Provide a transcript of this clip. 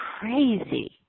crazy